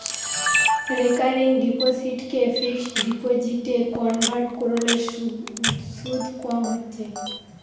recurring ডিপোসিটকে fixed ডিপোজিটে convert কোরলে শুধ কম হচ্ছে